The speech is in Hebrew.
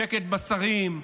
שקט בין השרים,